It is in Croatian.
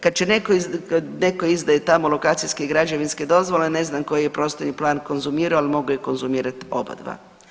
Kad će neko, neko izdaje tamo lokacijske i građevinske dozvole ne znam koji je prostorni plan konzumirao, al mogao je konzumirati obadva.